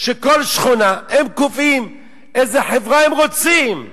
של כל שכונה, הם קובעים איזו חברה הם רוצים.